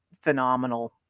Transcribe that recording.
phenomenal